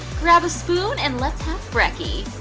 grab a spoon and let's have brekky.